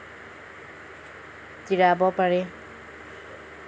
জিৰাব পাৰি